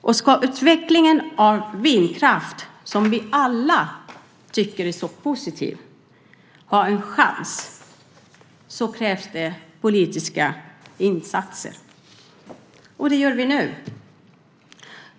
Och för att utvecklingen av vindkraften, som vi alla tycker är så positivt, ska ha en chans krävs det politiska insatser. Det är vad vi nu gör.